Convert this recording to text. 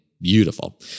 beautiful